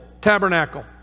tabernacle